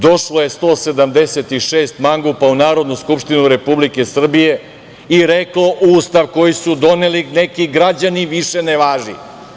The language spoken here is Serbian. Došlo je 176 mangupa u Narodnu skupštinu Republike Srbije i reklo – Ustav koji su doneli neki građani više ne važi.